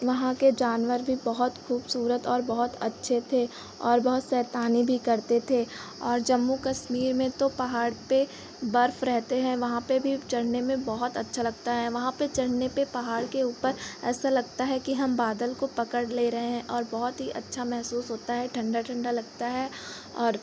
वहाँ के जानवर भी बहुत ख़ूबसूरत और बहुत अच्छे थे और बहुत शैतानी भी करते थे और जम्मू कश्मीर में तो पहाड़ पर बर्फ़ रहते हैं वहाँ पर भी चढ़ने में बहुत अच्छा लगता है वहाँ पर चढ़ने पर पहाड़ के ऊपर ऐसा लगता है कि हम बादल को पकड़ ले रहे हैं और बहुत ही अच्छा महसूस होता है ठंडा ठंडा लगता है और